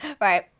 Right